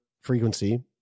frequency